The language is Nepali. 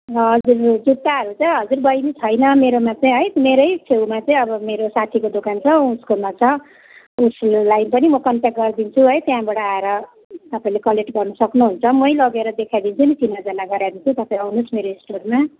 हजुर जुत्ताहरू चाहिँ हजुर बहिनी छैन मेरोमा चाहिँ है मेरै छेउमा चाहिँ अब मेरो साथीको दोकान छ उसकोमा छ उसलाई पनि म कन्ट्याक्ट गराइदिन्छु है त्यहाँबाट आएर तपाईँले कलेक्ट गर्नु सक्नुहुन्छ मै लगेर देखाइदिन्छु नि चिनाजाना गराइदिन्छु तपाईँ आउनुहोस् मेरो स्टोरमा